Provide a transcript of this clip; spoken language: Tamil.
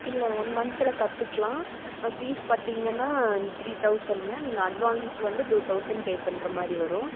இல்லை ஒன் மந்த்தில் கற்றுக்கலாம் ஃபீஸ் பார்த்தீங்கன்னா த்ரீ தௌசண்ட்ங்க நீங்கள் அட்வான்ஸ் வந்து டூ தௌசண்ட் பே பண்ணுற மாதிரி வரும்